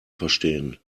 verstehen